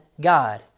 God